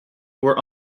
were